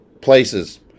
places